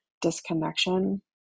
disconnection